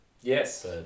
yes